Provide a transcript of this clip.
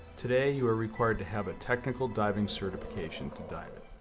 today, you are required to have a technical diving certification to dive it.